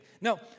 No